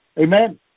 Amen